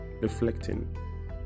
reflecting